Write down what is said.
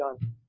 done